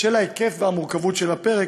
בשל ההיקף והמורכבות של הפרק,